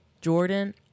Jordan